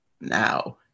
now